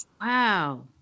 wow